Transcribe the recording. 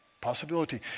possibility